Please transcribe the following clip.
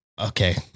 okay